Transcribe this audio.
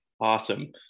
awesome